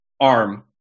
arm